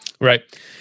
Right